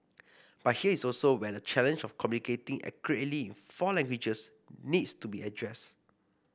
but here is also where the challenge of communicating accurately four languages needs to be addressed